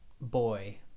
boy